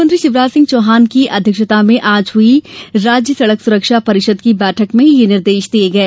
मुख्यमंत्री शिवराज सिंह चौहान की अध्यक्षता में आज हुई राज्य सड़क सुरक्षा परिषद की बैठक में ये निर्देश दिये गये